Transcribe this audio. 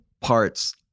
parts